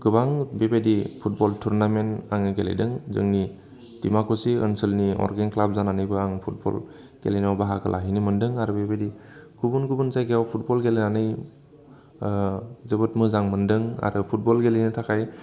गोबां बेबायदि football tournament आङो गेलेदों जोंनि दिमाखुसि ओनसोलनि अरगें ख्लाब जानानैबो आं फुटबल गेलेनायाव बाहागो लाहैनो मोनदों आरो बेबायदि गुबुन गुबुन जायगायाव फुटबल गेलेनानै जोबोद मोजां मोनदों आरो फुटबल गेलेनो थाखाय